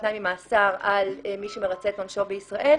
תנאי ממאסר על מי שמרצה את עונשו בישראל.